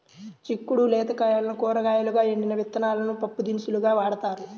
చిక్కుడు లేత కాయలను కూరగాయలుగా, ఎండిన విత్తనాలను పప్పుదినుసులుగా వాడతారు